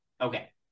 Okay